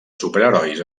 superherois